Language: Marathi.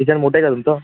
किचन मोठं आहे का तुमचं